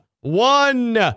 one